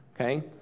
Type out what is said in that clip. okay